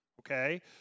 Okay